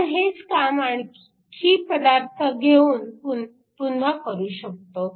आपण हेच काम आणखी पदार्थ घेऊन पुन्हा करू शकतो